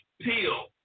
peel